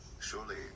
surely